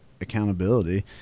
accountability